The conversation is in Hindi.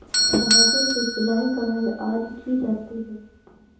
धागे से सिलाई, कढ़ाई आदि की जाती है